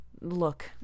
look